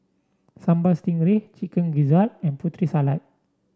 Sambal Stingray Chicken Gizzard and Putri Salad